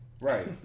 right